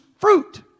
fruit